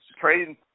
Trading